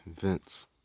vince